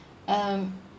um